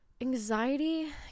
anxiety